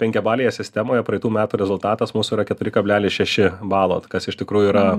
penkiabalėje sistemoje praeitų metų rezultatas mūsų yra keturi kablelis šeši balo kas iš tikrųjų yra